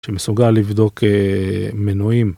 שמסוגל לבדוק מנועים.